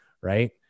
right